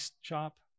shop